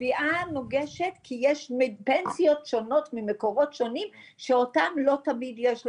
תביעה נוגשת כי יש פנסיות שונות ממקורות שונים שאותם לא תמיד יש לנו,